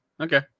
Okay